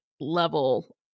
level